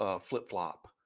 flip-flop